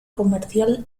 comercial